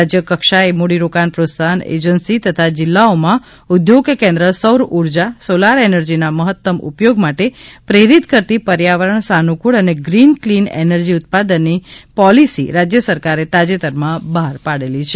રાજ્ય કક્ષાએ મૂડીરોકાણ પ્રોત્સાહન એજન્સી તથા જિલ્લાઓમાં ઉદ્યોગ કેન્દ્ર સૌર ઊર્જા સોલાર એનર્જીના મહત્તમ ઉપયોગ માટે પ્રેરિત કરતી પર્યાવરણ સાનુકૂળ અને ગ્રીન કલીન એનર્જી ઉત્પાદનની પોલિસી રાજ્ય સરકારે તાજેતરમાં બહાર પાડેલી છે